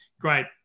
great